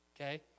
okay